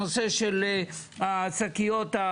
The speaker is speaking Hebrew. מקבלים מכות תקציביות על ימין ועל שמאל.